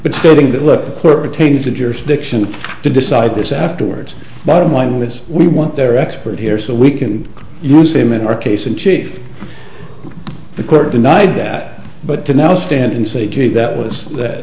jurisdiction to decide this afterwards bottom line was we want their expert here so we can use him in our case in chief the court denied that but to now stand and say gee that was that